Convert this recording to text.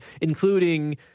including